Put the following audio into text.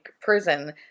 prison